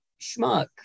Schmuck